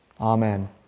Amen